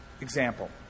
Example